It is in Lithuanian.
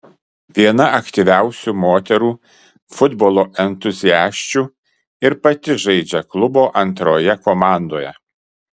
viena aktyviausių moterų futbolo entuziasčių ir pati žaidžia klubo antrojoje komandoje